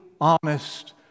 honest